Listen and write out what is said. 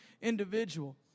individual